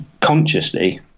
consciously